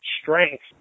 strength